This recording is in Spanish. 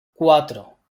cuatro